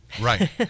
Right